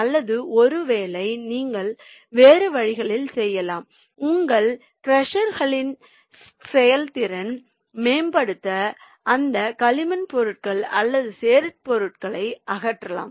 அல்லது ஒருவேளை நீங்கள் வேறு வழிகளில் செய்யலாம் உங்கள் க்ரஷர்களின் செயல்திறனை மேம்படுத்த அந்த களிமண் பொருட்கள் அல்லது சேறு பொருட்களை அகற்றலாம்